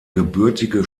gebürtige